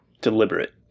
deliberate